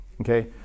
Okay